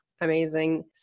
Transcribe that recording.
Amazing